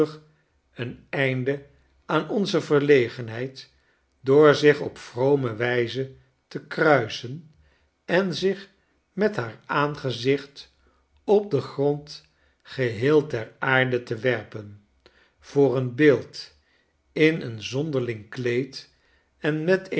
een einde aan onze verlegenheid door zich op vrome wijze te kruisen en zich met haar aangezicht op den grond geheel ter aarde te werpen voor een beeld in een zonderling kleed en met